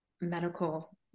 medical